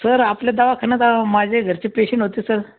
sir आपल्या दवाखान्यात माझे घरचे पेशंट होते सर